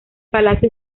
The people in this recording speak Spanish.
palacio